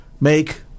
make